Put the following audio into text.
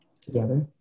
together